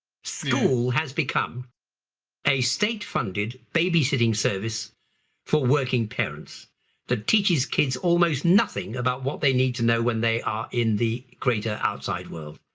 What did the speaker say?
school has become a state-funded babysitting service for working parents that teaches kids almost nothing about what they need to know when they are in the greater outside world.